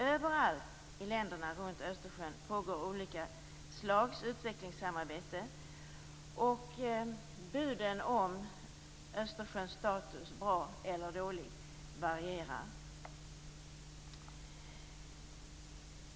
Överallt i länderna runt Östersjön pågår olika slags utvecklingssamarbete, och buden om Östersjöns status - bra eller dålig - varierar.